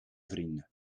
vrienden